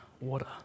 water